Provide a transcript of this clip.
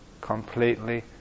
completely